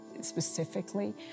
specifically